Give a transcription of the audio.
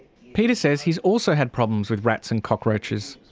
peter says he's also had problems with rats and cockroaches.